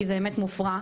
כי זה באמת מופרע.